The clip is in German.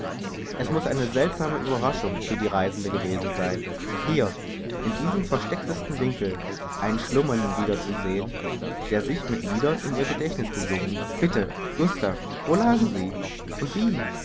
es muß eine seltsame ueberraschung für die reisende gewesen sein hier in diesem verstecktesten winkel einen schlummernden wieder zu sehen der sich mit liedern in ihr gedächtniß gesungen bitte gustav wo lagen sie und wie